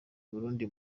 burundi